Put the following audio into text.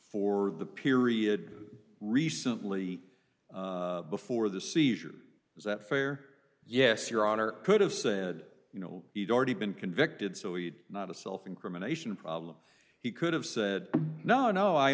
for the period recently before the seizure is that fair yes your honor could have said you know he'd already been convicted so you're not a self incrimination problem he could have said no no i